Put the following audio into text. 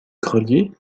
grelier